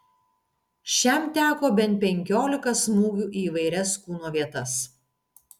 šiam teko bent penkiolika smūgių į įvairias kūno vietas